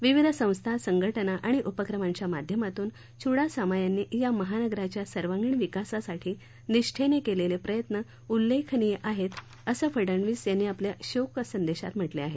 विविध संस्था संघटना आणि उपक्रमांच्या माध्यमातून चुडासामा यांनी या महानगराच्या सर्वांगीण विकासासाठी निष्ठेने केलेले प्रयत्न उल्लेखनीय आहेत असं फडणवीस यांनी आपल्या शोकसंदेशात म्हटलं आहे